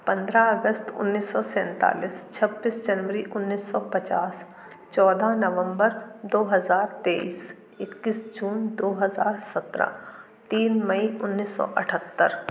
पन्द्रह अगस्त उन्नीस सौ सैंतालीस छब्बीस जनवरी उन्नीस सौ पचास चौदह नवंबर दो हज़ार तेईस इक्किस जून दो हज़ार सत्रह तीन मई उन्नीस सौ अठहत्तर